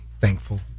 thankful